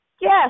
Yes